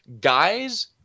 guys